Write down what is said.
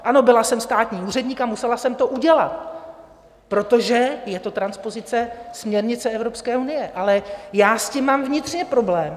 Ano, byla jsem státní úředník a musela jsem to udělat, protože je to transpozice směrnice Evropské unie, ale já s tím mám vnitřně problém.